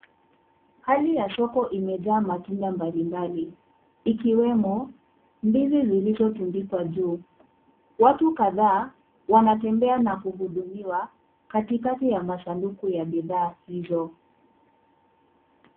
Hali ya soko imejaa matunda mbalimbali. Ikiwemo ndizi zilizotundikwa juu. Watu kadhaa wanatembea na kuhudumiwa katikati ya masanduku ya bidhaa hizo.